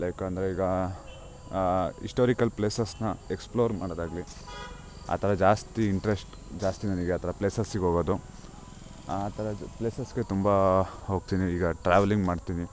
like ಅಂದರೆ ಈಗ historical ಪ್ಲೇಸಸ್ನ ಎಕ್ಸಪ್ಲೋರ್ ಮಾಡೋದಾಗಲಿ ಆ ಥರ ಜಾಸ್ತಿ ಇಂಟ್ರೆಸ್ಟ್ ಜಾಸ್ತಿ ನನಗೆ ಆ ಥರ ಪ್ಲೇಸಸ್ಸಿಗೆ ಹೋಗೋದು ಆ ಥರ ಪ್ಲೇಸಸ್ಗೆ ತುಂಬ ಹೋಗ್ತಿನಿ ಈಗ ಟ್ರಾವೆಲಿಂಗ್ ಮಾಡ್ತೀನಿ